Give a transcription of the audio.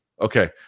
Okay